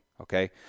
Okay